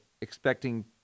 expecting